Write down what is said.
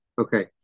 Okay